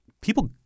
people